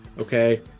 okay